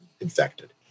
infected